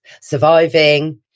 surviving